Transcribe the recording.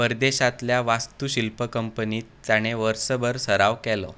परदेशांतल्या वास्तुशिल्प कंपनींत ताणें वर्सभर सराव केलो